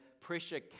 pressure